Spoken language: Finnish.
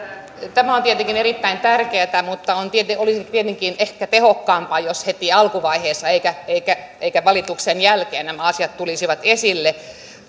tämä on tietenkin erittäin tärkeätä mutta olisi tietenkin ehkä tehokkaampaa jos heti alkuvaiheessa eikä valituksen jälkeen nämä asiat tulisivat esille